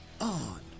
On